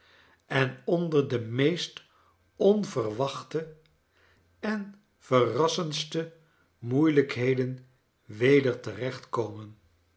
en onder de meest onverwachte en verrassendste moeielykheden weder